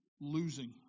losing